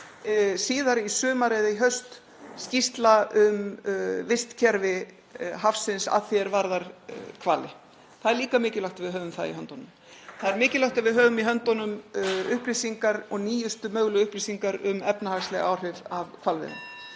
síðar í sumar eða í haust skýrsla um vistkerfi hafsins að því er varðar hvali. Það er líka mikilvægt að við höfum það í höndunum. Það er mikilvægt að við höfum í höndunum upplýsingar og nýjustu mögulegu upplýsingar um efnahagsleg áhrif af hvalveiðum.